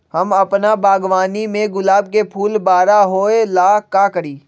हम अपना बागवानी के गुलाब के फूल बारा होय ला का करी?